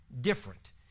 different